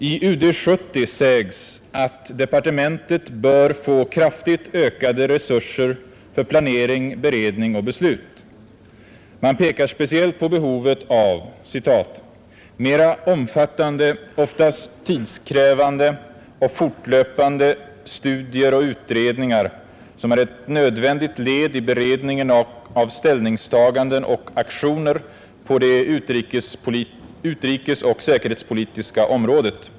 I UD 70 sägs att departementet bör få kraftigt ökade resurser för planering, beredning och beslut. Man pekar speciellt på behovet av ”mera omfattande, oftast tidskrävande och fortlöpande, studier och utredningar, som är ett nödvändigt led i beredningen av ställningstaganden och aktioner på det utrikesoch säkerhetspolitiska området.